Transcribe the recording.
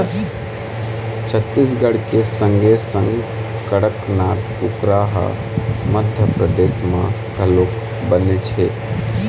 छत्तीसगढ़ के संगे संग कड़कनाथ कुकरा ह मध्यपरदेस म घलोक बनेच हे